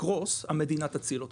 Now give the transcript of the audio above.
יקרוס המדינה תציל אותו.